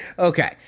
Okay